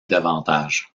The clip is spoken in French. davantage